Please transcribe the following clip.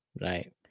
right